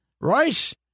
Royce